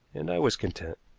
and i was content.